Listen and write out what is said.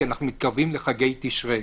כי אנחנו מתקרבים לחגי תשרי,